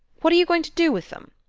what are you going to do with them?